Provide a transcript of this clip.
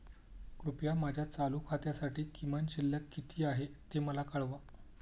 कृपया माझ्या चालू खात्यासाठी किमान शिल्लक किती आहे ते मला कळवा